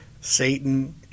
Satan